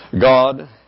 God